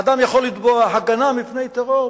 אדם יכול לתבוע הגנה מפני טרור,